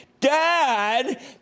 Dad